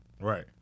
Right